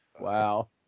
Wow